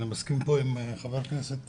אני חושב